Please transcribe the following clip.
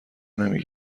نمی